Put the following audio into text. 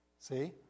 See